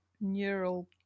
neural